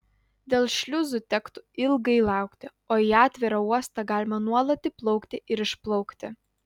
dėl šliuzų tektų ilgai laukti o į atvirą uostą galima nuolat įplaukti ir išplaukti